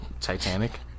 Titanic